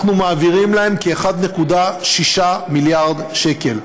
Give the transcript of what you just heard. אנחנו מעבירים להם כ-1.6 מיליארד שקל.